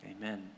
Amen